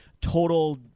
total